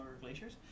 glaciers